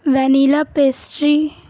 vanilla pastry